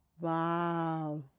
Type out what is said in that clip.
Wow